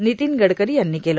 नितीन गडकरी यांनी केलं